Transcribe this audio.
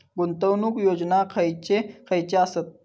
गुंतवणूक योजना खयचे खयचे आसत?